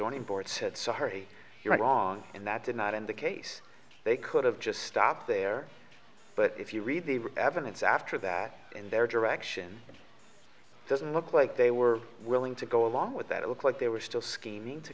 zoning board said sorry you're wrong in that and not in the case they could have just stopped there but if you read the evidence after that in their direction it doesn't look like they were willing to go along with that it looked like they were still scheming to